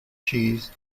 cheese